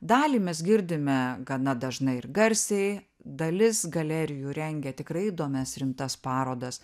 dalį mes girdime gana dažnai ir garsiai dalis galerijų rengia tikrai įdomias rimtas parodas